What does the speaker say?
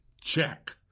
check